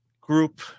group